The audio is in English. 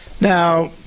Now